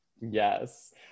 Yes